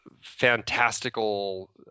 Fantastical